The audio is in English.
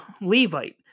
Levite